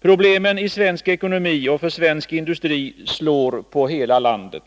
Problemen i svensk ekonomi och för svensk industri slår på hela landet.